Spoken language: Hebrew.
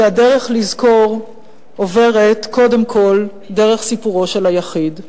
כי הדרך לזכור עוברת קודם כול דרך סיפורו של היחיד.